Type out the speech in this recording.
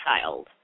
child